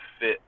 fit